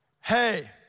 hey